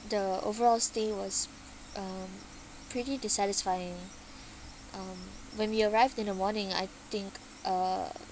the overall stay was um pretty dissatisfying um when we arrived in the morning I think uh